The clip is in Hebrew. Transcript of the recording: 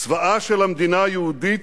"צבאה של המדינה היהודית,